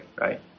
right